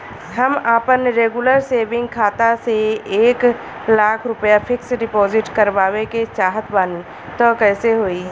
हम आपन regular saving खाता से एक लाख रुपया फिक्स डिपॉज़िट करवावे के चाहत बानी त कैसे होई?